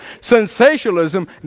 Sensationalism